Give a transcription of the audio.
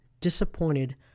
disappointed